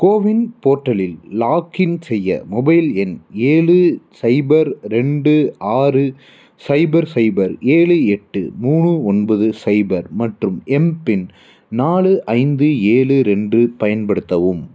CoWIN போர்ட்டலில் login செய்ய mobile எண் ஏழு சைபர் ரெண்டு ஆறு சைபர் சைபர் ஏலு எட்டு மூணு ஒன்பது சைபர் மற்றும் எம்பின் நாலு ஐந்து ஏழு ரெண்டு பயன்படுத்தவும்